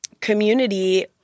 community